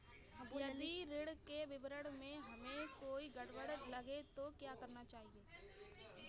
यदि ऋण के विवरण में हमें कोई गड़बड़ लगे तो क्या करना चाहिए?